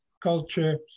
culture